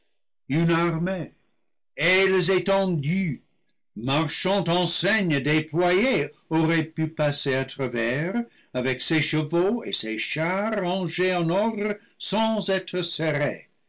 ailes étendues marchant enseignes déployées aurait pu passer à travers avec ses chevaux et ses chars rangés en ordre sans être serrés